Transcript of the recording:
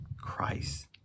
Christ